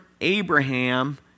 Abraham